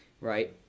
right